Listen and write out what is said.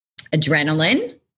Adrenaline